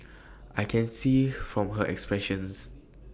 I can see from her expressions